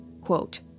quote